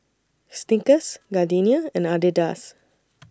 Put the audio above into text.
Snickers Gardenia and Adidas